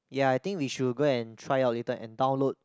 ya I think we should go and try out later and download